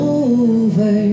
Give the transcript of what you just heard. over